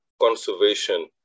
conservation